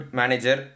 manager